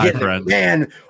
Man